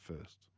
first